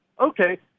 okay